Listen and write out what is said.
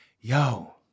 yo